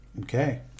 Okay